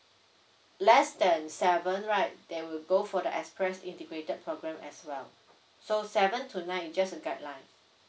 less than seven right there will go for the express integrated program as well so seven to nine is just a guideline